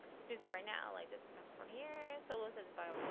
this piece right now like this that's for new year solo says bio